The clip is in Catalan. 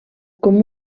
com